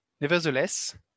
nevertheless